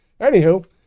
Anywho